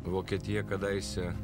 vokietija kadaise